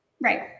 Right